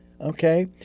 Okay